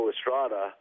Estrada